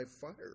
fire